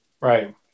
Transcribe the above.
Right